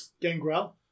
Gangrel